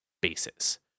bases